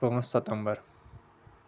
پانٛژھ ستمبر